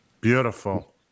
Beautiful